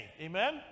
Amen